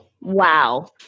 Wow